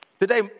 Today